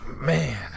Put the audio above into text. man